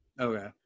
Okay